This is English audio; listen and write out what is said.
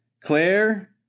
Claire